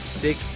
sick